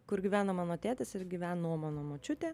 kur gyveno mano tėtis ir gyveno mano močiutė